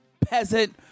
peasant